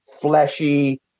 fleshy